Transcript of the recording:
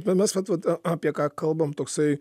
va mes vat vat apie ką kalbam toksai